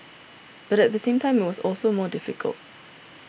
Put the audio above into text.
but at the same time it was also more difficult